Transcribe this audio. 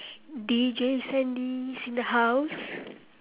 D_J sandy is in the house